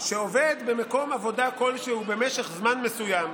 שעובד במקום עבודה כלשהו במשך זמן מסוים,